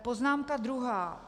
Poznámka druhá.